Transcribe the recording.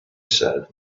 said